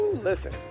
listen